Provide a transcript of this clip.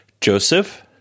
Joseph